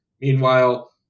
Meanwhile